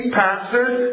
pastors